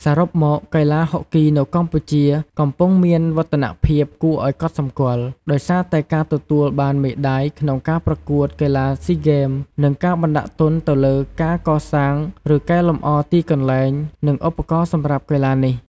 សរុបមក កីឡាហុកគីនៅកម្ពុជាកំពុងមានវឌ្ឍនភាពគួរឱ្យកត់សម្គាល់ ដោយសារតែការទទួលបានមេដាយក្នុងការប្រកួតកីឡាស៊ីហ្គេម និងការបណ្ដាក់ទុនទៅលើការកសាង ឬកែលម្អទីកន្លែង និងឧបករណ៍សម្រាប់កីឡានេះ។